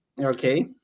Okay